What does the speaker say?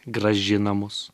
grąžina mus